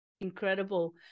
incredible